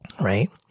right